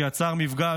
שיצר מפגש,